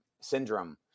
syndrome